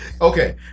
Okay